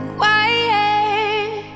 quiet